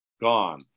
Gone